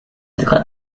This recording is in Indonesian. dekat